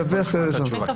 נשמע את התשובה.